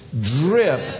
drip